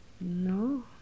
No